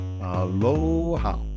Aloha